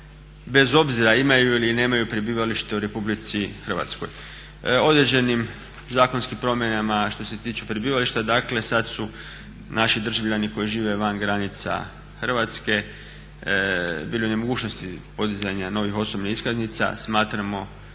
bez obzira imaju li ili nemaju prebivalište u RH. Određenim zakonskim promjenama što se tiče prebivališta sada su naši državljani koji žive van granica Hrvatske bili u nemogućnosti podizanja novih osobnih iskaznica, smatramo